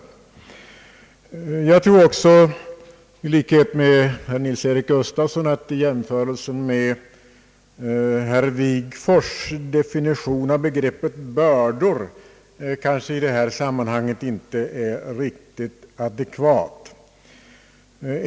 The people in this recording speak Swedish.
Jag tror också, i likhet med herr Nils-Eric Gustafsson, att jämförelsen med herr Wigforss” definition av begreppet »bördor» i detta sammanhang kanske inte är riktigt adekvat.